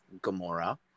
Gamora